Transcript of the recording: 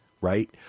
right